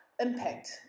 impact